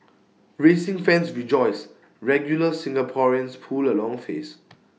racing fans rejoice regular Singaporeans pull A long face